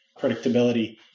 predictability